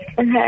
Okay